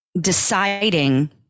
deciding